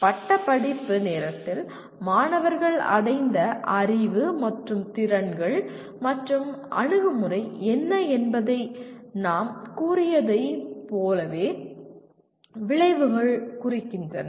பட்டப்படிப்பு நேரத்தில் மாணவர்கள் அடைந்த அறிவு மற்றும் திறன்கள் மற்றும் அணுகுமுறை என்ன என்பதை நாம் கூறியது போலவே விளைவுகள் குறிக்கின்றன